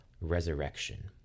resurrection